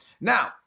Now